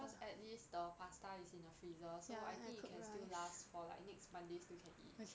cause at least the pasta is in the freezer so I think it can still last for like next monday still can eat